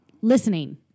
listening